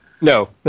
No